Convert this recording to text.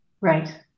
Right